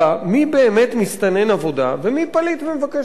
באמת מסתנן עבודה ומי פליט ומבקש מקלט.